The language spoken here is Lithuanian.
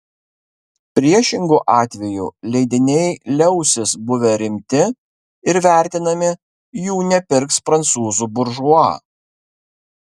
priešingu atveju leidiniai liausis buvę rimti ir vertinami jų nepirks prancūzų buržua